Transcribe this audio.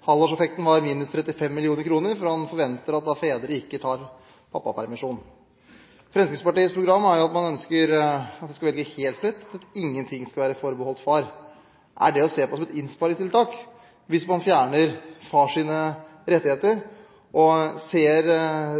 Halvårseffekten var minus 35 mill. kr, for man forventer at fedre da ikke tar pappapermisjon. Fremskrittspartiets program er jo at man ønsker at det skal velges helt fritt – ingen ting skal være forbeholdt far. Er det å se på som et innsparingstiltak hvis man fjerner fars rettigheter? Og ser